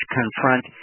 confront